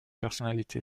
personnalité